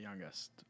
youngest